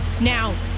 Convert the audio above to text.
Now